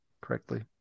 correctly